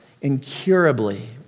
incurably